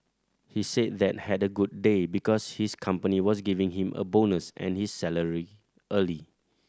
he said that had a good day because his company was giving him a bonus and his salary early